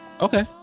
okay